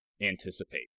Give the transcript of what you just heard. anticipate